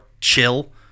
chill